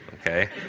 Okay